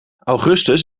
augustus